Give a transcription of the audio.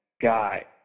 guy